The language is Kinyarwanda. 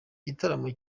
gitaramo